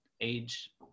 age